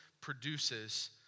produces